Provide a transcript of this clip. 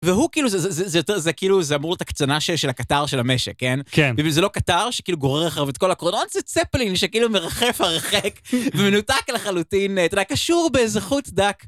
והוא כאילו, זה כאילו, זה אמור להיות הקצנה של הקטר של המשק, כן? כן. וזה לא קטר שכאילו גורר אחריו את כל הקרונות, זה צפלין שכאילו מרחף הרחק, ומנותק לחלוטין, אתה יודע, קשור באיזה חוט דק.